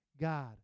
God